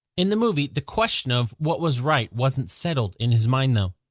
in the movie, the question of what was right wasn't settled in his mind, though.